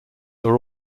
are